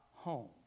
Home